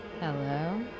Hello